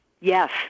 Yes